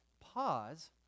pause